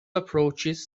approaches